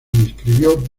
inscribió